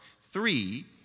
three